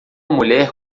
mulher